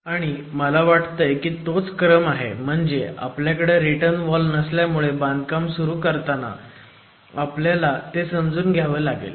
आणि मला वाटतय की तोच क्रम आहे म्हणजे आपल्याकडे रिटर्न वॉल नसल्यामुळे बांधकाम सुरू असताना आपल्याला ते समजून घ्यावं लागेल